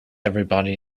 everybody